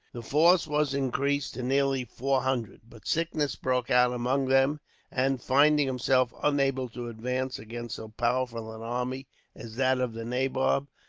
the force was increased to nearly four hundred. but sickness broke out among them and, finding himself unable to advance against so powerful an army as that of the nabob,